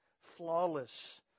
flawless